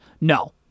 No